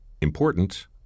important